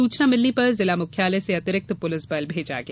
सूचना मिलने पर जिला मुख्यालय से अतिरिक्त पुलिस बल भेजा गया